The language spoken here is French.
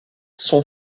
son